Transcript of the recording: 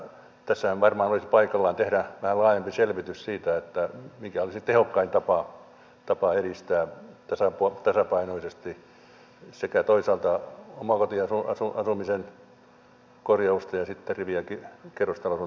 tässähän varmaan olisi paikallaan tehdä vähän laajempi selvitys siitä mikä olisi tehokkain tapa edistää tasapainoisesti sekä omakotiasumisen että sitten rivi ja kerrostalokotien korjausta